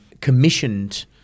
commissioned